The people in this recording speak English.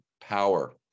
power